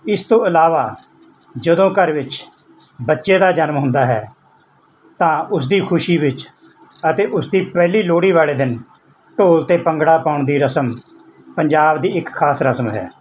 ਇਸ ਤੋਂ ਇਲਾਵਾ ਜਦੋਂ ਘਰ ਵਿੱਚ ਬੱਚੇ ਦਾ ਜਨਮ ਹੁੰਦਾ ਹੈ ਤਾਂ ਉਸਦੀ ਖੁਸ਼ੀ ਵਿੱਚ ਅਤੇ ਉਸਦੀ ਪਹਿਲੀ ਲੋਹੜੀ ਵਾਲੇ ਦਿਨ ਢੋਲ 'ਤੇ ਭੰਗੜਾ ਪਾਉਣ ਦੀ ਰਸਮ ਪੰਜਾਬ ਦੀ ਇੱਕ ਖ਼ਾਸ ਰਸਮ ਹੈ